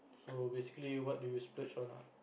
so basically what do you splurge on ah